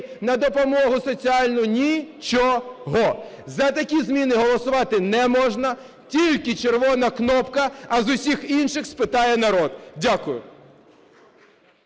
на допомогу соціальну – нічого. За такі зміни голосувати не можна, тільки червона кнопка. А з усіх інших спитає народ. Дякую.